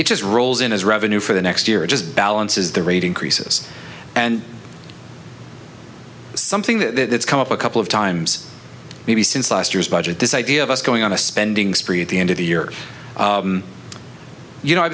just rolls in as revenue for the next year just balances the rate increases and something that come up a couple of times maybe since last year's budget this idea of us going on a spending spree at the end of the year you know